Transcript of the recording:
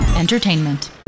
Entertainment